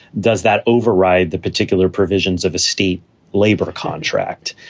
does that override the particular provisions of a state labor contract?